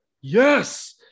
yes